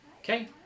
okay